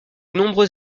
nombreux